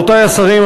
רבותי השרים,